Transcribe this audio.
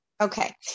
okay